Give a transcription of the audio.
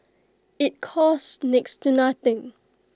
IT costs next to nothing